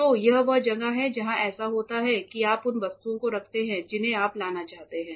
तो यह वह जगह है जहाँ ऐसा होता है कि आप उन वस्तुओं को रखते हैं जिन्हें आप लाना चाहते हैं